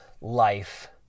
life